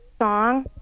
song